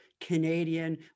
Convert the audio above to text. Canadian